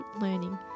learning